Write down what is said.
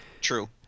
True